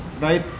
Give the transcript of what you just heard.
right